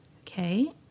Okay